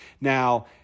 Now